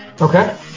Okay